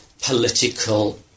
political